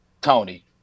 Tony